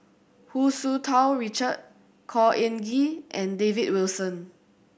Hu Tsu Tau Richard Khor Ean Ghee and David Wilson